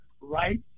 right